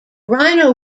rhino